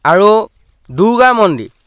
আৰু দুৰ্গা মন্দিৰ